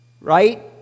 right